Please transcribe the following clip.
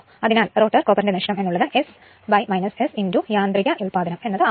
അതിനാൽ റോട്ടർ കോപ്പറിന്റെ നഷ്ടം എന്ന് ഉള്ളത് S S യാന്ത്രിക ഉത്പാദനം ആവുന്നു